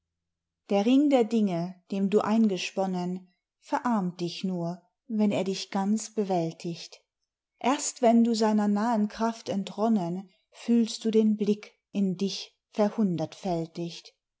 der ring der dinge dem du eingesponnen verarmt dich nur wenn er dich ganz bewältigt erst wenn du seiner nahen kraft entronnen fühlst du den blick in dich